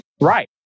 Right